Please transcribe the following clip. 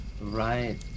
Right